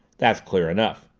that's clear enough.